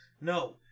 No